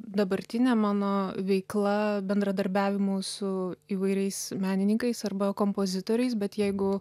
dabartine mano veikla bendradarbiavimu su įvairiais menininkais arba kompozitoriais bet jeigu